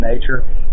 nature